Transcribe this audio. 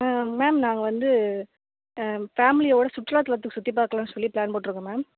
ma'am நாங்கள் வந்து ஃபேமிலியோடு சுற்றுலாத்தலத்தை சுற்றிப் பார்க்கலான்னு சொல்லி ப்ளான் போட்டிருக்கோம் மேம்